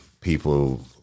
People